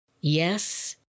Yes